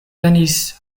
venis